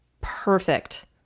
perfect